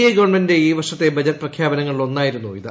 A ഗവൺമെന്റിന്റെ ഈ വർഷത്തെ ബജറ്റ് പ്രഖ്യാപനങ്ങളിലൊന്നായിരുന്നു ഇത്